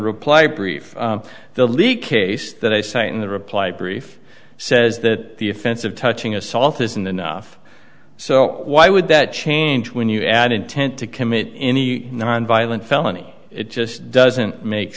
reply brief the leak case that i cite in the reply brief says that the offense of touching assault isn't enough so why would that change when you add intent to commit any nonviolent felony it just doesn't make